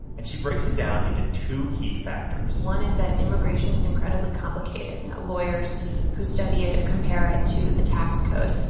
and she breaks it down into two key factors one is that immigration is incredibly complicated. you know, lawyers who study it compare it to the tax code.